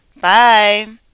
Bye